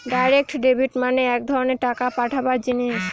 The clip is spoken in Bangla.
ডাইরেক্ট ডেবিট মানে এক ধরনের টাকা পাঠাবার জিনিস